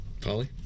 Polly